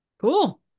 Cool